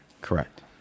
Correct